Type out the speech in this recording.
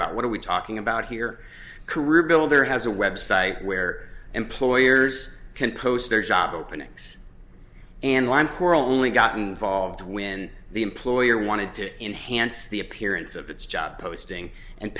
about what are we talking about here career builder has a website where employers can post their job openings and line for only gotten volved when the employer wanted to enhance the appearance of its job posting and